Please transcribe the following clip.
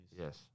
Yes